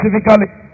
specifically